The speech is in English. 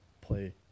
play